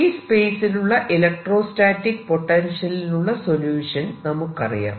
free space ലുള്ള electrostatic പൊട്ടൻഷ്യലിനുള്ള solution നമുക്കറിയാം